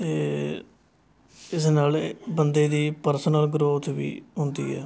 ਅਤੇ ਇਸ ਨਾਲ਼ ਬੰਦੇ ਦੀ ਪ੍ਰਸਨਲ ਗਰੋਥ ਵੀ ਹੁੰਦੀ ਹੈ